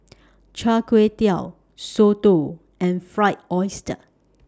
Chai Kuay Tow Soto and Fried Oyster